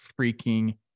freaking